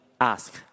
Ask